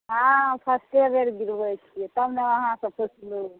हँ फर्स्टे बेर गिरबै छिए तब ने अहाँ सभसे